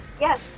Yes